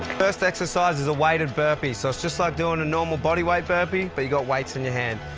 first exercise is a weighted burpee. so it's just like doing a normal body weight burpee, but you got weights in your hand.